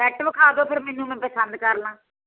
set ਵਿਖਾ ਦਿਓ ਫਿਰ ਮੈਨੂੰ ਮੈਂ ਪਸੰਦ ਕਰ ਲਵਾਂ